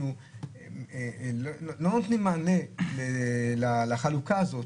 אנחנו לא נותנים מענה לחלוקה הזאת,